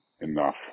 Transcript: enough